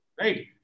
Right